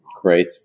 great